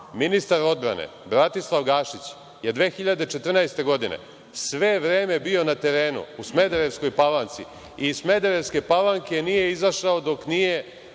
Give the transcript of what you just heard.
ministar odbrane Bratislav Gašić je 2014. godine sve vreme bio na terenu u Smederevskoj Palanci i iz Smederevske Palanke nije izašao dok nije